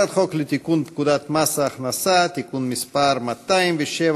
הצעת חוק לתיקון פקודת מס הכנסה (מס' 207),